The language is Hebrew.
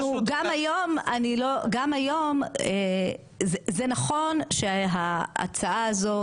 גם היום זה נכון שההצעה הזו,